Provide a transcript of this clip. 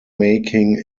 making